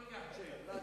לא לוקח צ'ק.